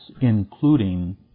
including